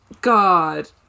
God